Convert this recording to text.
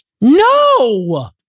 no